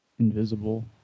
Invisible